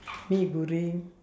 mee-goreng